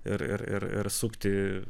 ir ir ir sukti